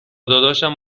داداشم